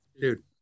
dude